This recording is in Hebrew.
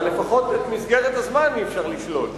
אבל לפחות את מסגרת הזמן אי-אפשר לשלול.